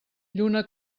lluna